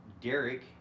Derek